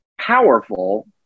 powerful